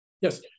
yes